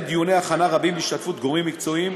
דיוני הכנה רבים בהשתתפות גורמים מקצועיים,